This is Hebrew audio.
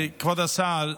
כבוד השר,